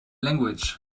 language